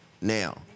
now